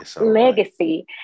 legacy